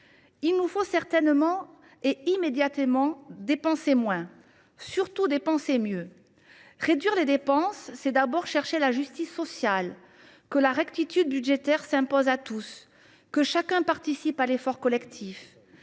Il nous faut certainement, et immédiatement, dépenser moins ; surtout, il nous faut dépenser mieux. Réduire les dépenses, c’est d’abord chercher la justice sociale : que la rectitude budgétaire s’impose à tous, que chacun participe à l’effort collectif.